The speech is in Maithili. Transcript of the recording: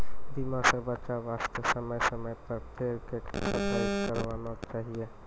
बीमारी स बचाय वास्तॅ समय समय पर पेड़ के छंटाई करवाना चाहियो